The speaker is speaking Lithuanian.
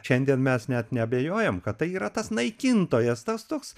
šiandien mes net neabejojam kad tai yra tas naikintojas tas toks